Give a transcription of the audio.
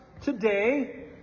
today